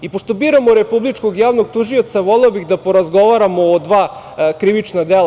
Pošto biramo Republičkog javnog tužioca, voleo bih da porazgovaramo o dva krivična dela.